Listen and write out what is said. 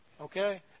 Okay